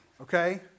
Okay